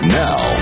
now